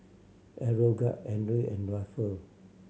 Aeroguard Andre and Ruffle